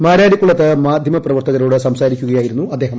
മാരാരിക്കുളത്ത് മാധ്യമ പ്രവർത്തകരോട് സംസാരിക്കുകയ്കായിരുന്നു അദ്ദേഹം